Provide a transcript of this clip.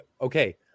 okay